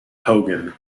hogan